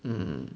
um